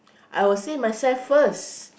I will save myself first